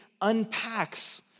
unpacks